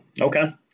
Okay